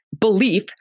belief